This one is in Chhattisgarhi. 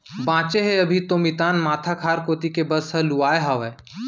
बांचे हे अभी तो मितान माथा खार कोती के बस हर लुवाय हावय